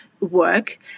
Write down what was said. work